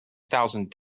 thousand